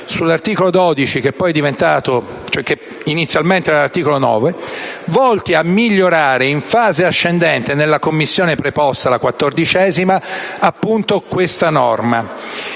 all'articolo 12 (inizialmente articolo 9), volti a migliorare in fase ascendente nella Commissione preposta (la 14ª), questa norma.